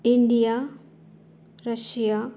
India Russia